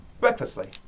Recklessly